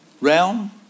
realm